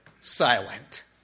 silent